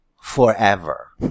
forever